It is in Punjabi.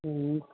ਹੂੰ